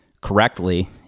correctly